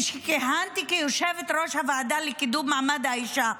כשכיהנתי כיושבת-ראש הוועדה לקידום מעמד האישה,